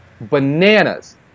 bananas